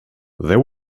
there